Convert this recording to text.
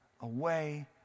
away